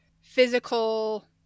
physical